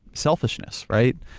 selfishness, right?